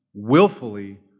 willfully